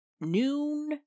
noon